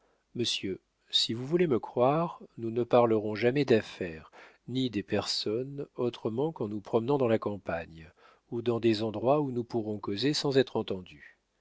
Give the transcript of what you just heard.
monsieur si vous voulez me croire nous ne parlerons jamais d'affaires ni des personnes autrement qu'en nous promenant dans la campagne ou dans des endroits où nous pourrons causer sans être entendus